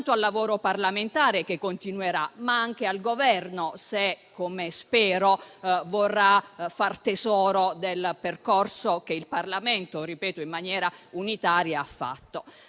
soltanto al lavoro parlamentare che continuerà, ma anche al Governo (se, come spero, vorrà fare tesoro del percorso che il Parlamento ha fatto in maniera unitaria, cosa